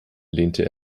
lehnte